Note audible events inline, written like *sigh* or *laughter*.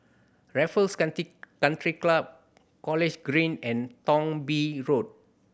Raffles *unintelligible* Country Club College Green and Thong Bee Road